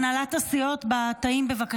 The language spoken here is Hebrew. בתאים בהנהלת הסיעות שקט, בבקשה.